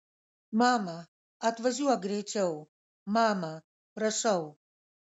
mama atvažiuok greičiau mama prašau